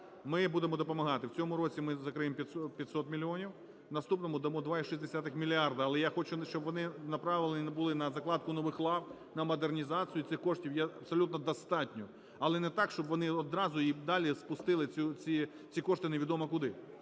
Ми будемо допомагати. В цьому році ми закриємо 500 мільйонів, в наступному дамо 2,6 мільярди, але я хочу, щоб вони направлені були на закладку нових лав, на модернізацію. Цих коштів є абсолютно достатньо. Але не так, щоб вони одразу і далі спустили ці кошти невідомо куди.